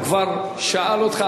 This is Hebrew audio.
הוא כבר שאל אותך,